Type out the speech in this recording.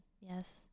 yes